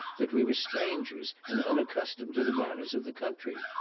that we were strangers and unaccustomed to the manners of the country.